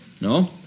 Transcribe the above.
no